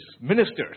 ministers